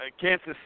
Kansas